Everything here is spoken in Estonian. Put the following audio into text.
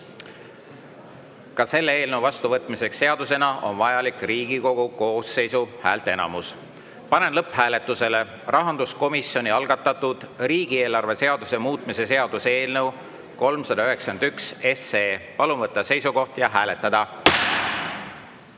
Ka selle eelnõu vastuvõtmiseks seadusena on vajalik Riigikogu koosseisu häälteenamus. Panen lõpphääletusele rahanduskomisjoni algatatud riigieelarve seaduse muutmise seaduse eelnõu 391. Palun võtta seisukoht ja hääletada!